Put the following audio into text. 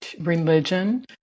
religion